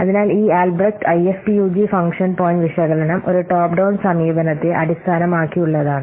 അതിനാൽ ഈ Albrecht IFPUG function point Albrecht IFPUG function point വിശകലനം ഒരു ടോപ്പ് ഡൌൺ സമീപനത്തെ അടിസ്ഥാനമാക്കിയുള്ളതാണ്